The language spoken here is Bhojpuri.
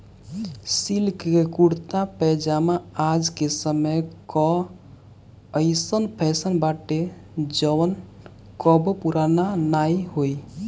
सिल्क के कुरता पायजामा आज के समय कअ अइसन फैशन बाटे जवन कबो पुरान नाइ होई